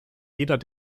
jeder